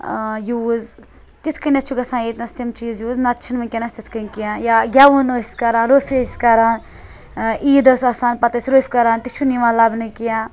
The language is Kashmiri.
یوٗز تِتھ کٔنیتھ چھُ گَژھان ییٚتنَس تِم چیٖز یوٗز نَتہٕ چھَ نہِ وِنکیٚنَس تِتھ کنۍ کینٛہہ یا گیٚوُن ٲسۍ کَران روٚف ٲسۍ کَران عید ٲسۍ آسان پَتہٕ ٲسۍ روٚف کَران تہِ چھُ نہٕ یِوان لَبنہٕ کینٛہہ